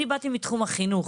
אני באתי מתחום החינוך,